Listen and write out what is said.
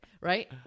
right